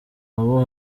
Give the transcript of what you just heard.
abo